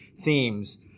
themes